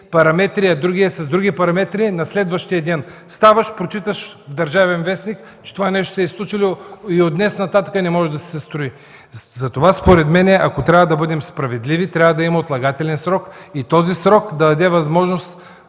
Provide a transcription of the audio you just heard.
параметри, другият – с други параметри. На следващия ден ставаш и прочиташ в „Държавен вестник”, че това нещо е изключено и от днес нататък не може да се строи. Затова, според мен, ако трябва да бъдем справедливи, трябва да има отлагателен срок и този срок да даде възможност